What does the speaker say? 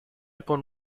con